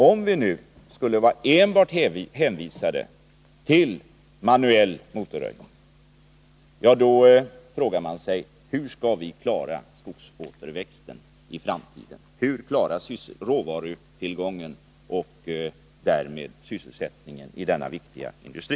Om vi nu enbart skall vara hänvisade till manuell motorröjning, då frågar man sig: Hur skall vi klara skogsåterväxten i framtiden? Hur skall vi klara råvarutillgången och därmed sysselsättningen i denna viktiga industri?